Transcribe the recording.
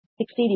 பீ